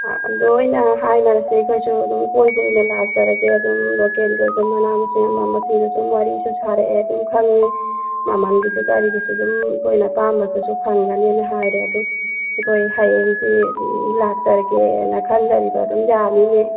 ꯂꯣꯏꯅ ꯍꯥꯏꯅꯔꯁꯦ ꯑꯩꯈꯣꯏꯁꯨ ꯑꯗꯨꯝ ꯀꯣꯏꯕ ꯑꯣꯏꯅ ꯂꯥꯛꯆꯔꯒꯦ ꯑꯗꯨꯝ ꯂꯣꯀꯦꯜꯒꯤ ꯑꯣꯏꯕ ꯃꯅꯥ ꯃꯁꯤꯡ ꯑꯃ ꯑꯃ ꯆꯨꯝꯅꯁꯨꯝ ꯋꯥꯔꯤꯁꯨ ꯁꯥꯔꯛꯑꯦ ꯑꯗꯨꯝ ꯈꯪꯉꯦ ꯃꯃꯟꯒꯤꯁꯨ ꯀꯔꯤꯒꯤꯁꯨ ꯑꯗꯨꯝ ꯑꯩꯈꯣꯏꯅ ꯑꯄꯥꯝꯕꯗꯨꯁꯨ ꯐꯪꯒꯅꯤꯅ ꯍꯥꯏꯔꯦ ꯑꯗꯨ ꯑꯩꯈꯣꯏ ꯍꯌꯦꯡꯁꯦ ꯂꯥꯛꯆꯔꯒꯦꯅ ꯈꯟꯖꯔꯤꯕ ꯑꯗꯨꯝ ꯌꯥꯅꯤꯅꯦ